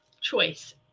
choice